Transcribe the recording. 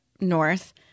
north